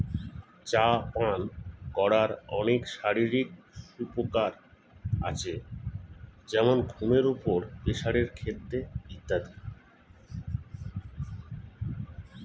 চা পান করার অনেক শারীরিক সুপ্রকার আছে যেমন ঘুমের উপর, প্রেসারের ক্ষেত্রে ইত্যাদি